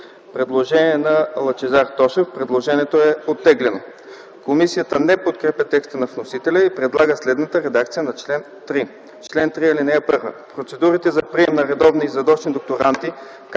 представител Лъчезар Тошев. Предложението е оттеглено. Комисията не подкрепя текста на вносителя и предлага следната редакция на чл. 3: „Чл. 3. (1) Процедурите за прием на редовни и задочни докторанти,